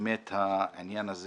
שהעניין הזה